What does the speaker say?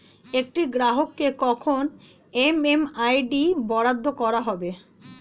একটি গ্রাহককে কখন এম.এম.আই.ডি বরাদ্দ করা হবে?